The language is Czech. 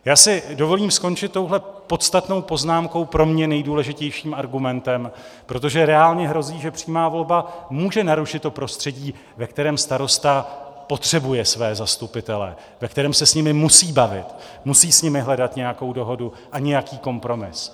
Já si dovolím skončit touhle podstatnou poznámkou pro mě nejdůležitějším argumentem, protože reálně hrozí, že přímá volba může narušit prostředí, ve kterém starosta potřebuje své zastupitele, ve kterém se s nimi musí bavit, musí s nimi hledat nějakou dohodu a nějaký kompromis.